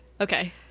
Okay